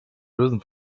lösen